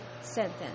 sentence